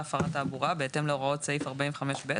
הפרת תעבורה בהתאם להוראות סעיף 45(ב),